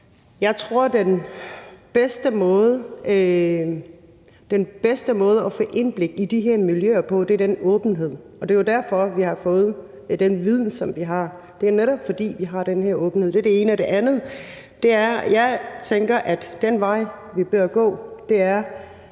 Jeg tror, den bedste måde at få indblik i de her miljøer på er åbenhed. Og det er jo derfor, vi har fået den viden, som vi har; det er netop, fordi vi har den her åbenhed. Det er det ene. Det andet er, at jeg tænker, at den vej, vi bør gå, er